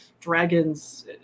dragons